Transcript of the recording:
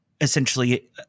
essentially